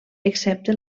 excepte